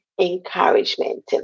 encouragement